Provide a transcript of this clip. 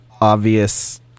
obvious